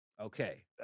Okay